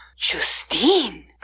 justine